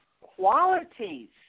qualities